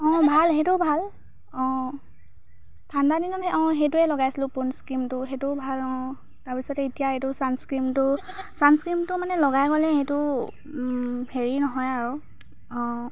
অঁ ভাল সেইটোও ভাল অঁ ঠাণ্ডা দিনত অঁ সেইটোৱে লগাইছিলো পোণ্ডছ ক্ৰীমটো সেইটোো ভাল অঁ তাৰপিছতে এতিয়া এইটো ছানস্ক্ৰীমটো ছানস্ক্ৰীমটো মানে লগাই গ'লে এইটো হেৰি নহয় আৰু অঁ